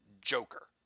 Joker